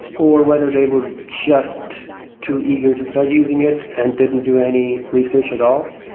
or whether they would just too eager to start using it and didn't do any research at all,